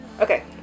okay